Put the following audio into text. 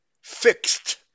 fixed